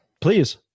Please